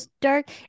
dark